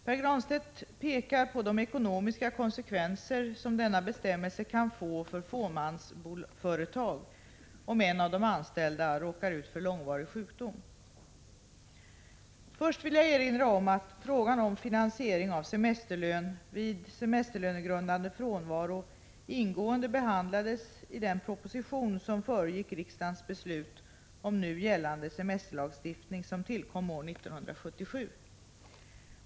Pär Granstedt pekar på de ekonomiska konsekvenser som denna bestämmelse kan få för fåmansföretag om en av de anställda råkar ut för långvarig sjukdom. Först vill jag erinra om att frågan om finansiering av semesterlön vid semesterlönegrundande frånvaro ingående behandlades i den proposition som föregick riksdagens beslut om nu gällande semesterlagstiftning som tillkom år 1977.